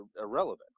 irrelevant